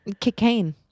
cocaine